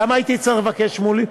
כמה הייתי צריך לבקש, שמולי?